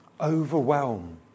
Overwhelm